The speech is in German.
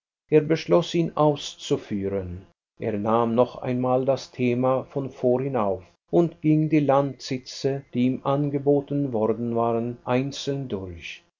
ein er beschloß ihn auszuführen er nahm noch einmal das thema von vorhin auf und ging die landsitze die ihm angeboten worden waren einzeln durch